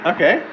Okay